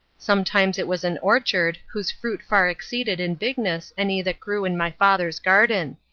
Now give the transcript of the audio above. sometimes it was an orchard, whose fruit far exceeded in bigness any that grew in my father's garden.